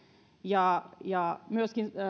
ja ja myöskin